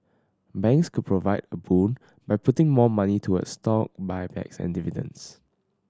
banks could provide a boon by putting more money toward stock buybacks and dividends